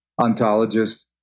ontologist